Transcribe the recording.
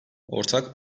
ortak